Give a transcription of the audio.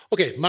Okay